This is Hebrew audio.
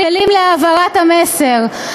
כלים להעברת המסר,